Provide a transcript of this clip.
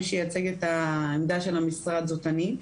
מי שייצג את העמדה של המשרד זאת אני.